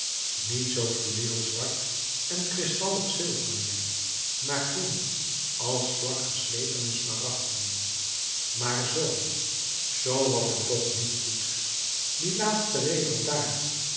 niet zoo fluweelzwart en kristallig zilver meer maar groen als vlak geslepene smaragden maar zoo zoo was het toch niet goed die laatste regel daar